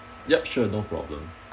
yup sure no problem